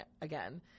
again